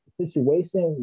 situation